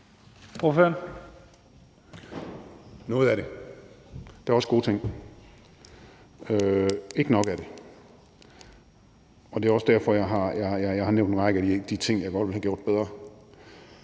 noget af det – der er også gode ting – men ikke med nok af det, og det er også derfor, jeg har nævnt en række af de ting, jeg godt ville have gjort bedre.